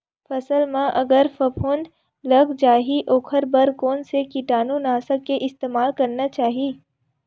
फसल म अगर फफूंद लग जा ही ओखर बर कोन से कीटानु नाशक के इस्तेमाल करना चाहि?